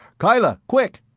kyla, quick!